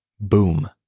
Boom